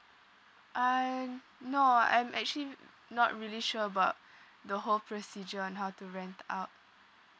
I'm no I'm actually not really sure about the whole procedure on how to rent out